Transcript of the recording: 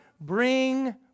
bring